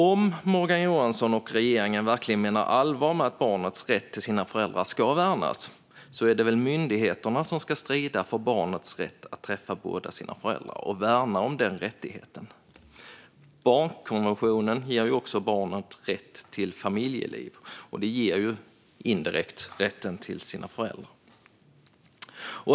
Om Morgan Johansson och regeringen verkligen menar allvar med att barnets rätt till sina föräldrar ska värnas är det väl myndigheterna som ska strida för barnets rätt att träffa båda sina föräldrar och värna om denna rättighet? Barnkonventionen ger också barnet rätt till familjeliv, och det ger indirekt rätten till föräldrarna.